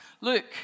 Luke